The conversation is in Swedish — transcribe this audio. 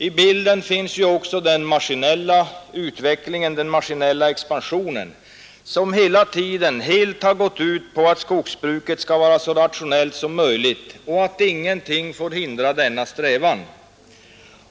I bilden finns också den maskinella expansionen, som helt har gått ut på att skogsbruket skall vara så rationellt som möjligt och att ingenting får hindra denna strävan.